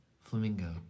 flamingo